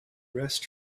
rest